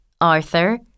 Arthur